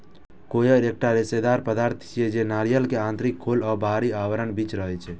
coir एकटा रेशेदार पदार्थ छियै, जे नारियल के आंतरिक खोल आ बाहरी आवरणक बीच रहै छै